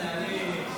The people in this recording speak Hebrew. בריאות.